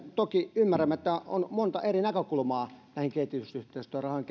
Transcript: toki ymmärrämme että on monta eri näkökulmaa näihin kehitysyhteistyörahojen